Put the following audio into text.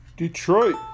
Detroit